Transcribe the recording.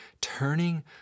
turning